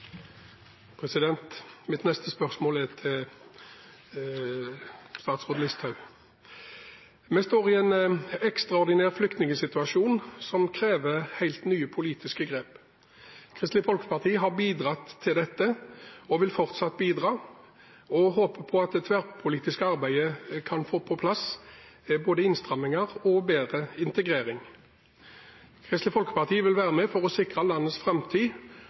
hovedspørsmål. Mitt spørsmål er til statsråd Listhaug. Vi står i en ekstraordinær flyktningsituasjon som krever helt nye politiske grep. Kristelig Folkeparti har bidratt – og vil fortsatt bidra – og håper at det tverrpolitiske arbeidet kan få på plass både innstramminger og bedre integrering. Kristelig Folkeparti vil være med for å sikre landets framtid